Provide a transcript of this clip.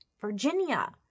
Virginia